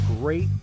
Great